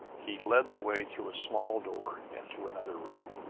he led the way through a small door into another room,